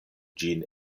ĝin